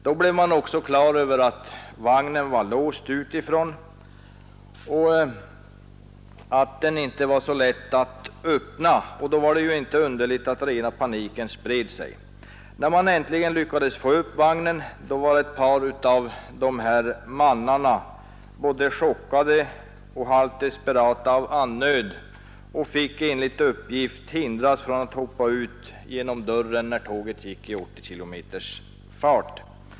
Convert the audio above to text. Då man också blev klar över att vagnen var låst utifrån och att dörren inte gick att öppna, var det ju inte underligt att rena paniken spred sig. När man äntligen lyckades få upp dörren var ett par av karlarna så chockade och desperata av andnöd att de enligt uppgift fick hindras från att hoppa ut genom dörren medan tåget gick med 80 kilometers fart.